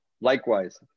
Likewise